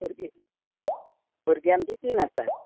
भुरगीं भुरगी आमची तीन आसात